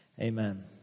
Amen